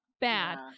bad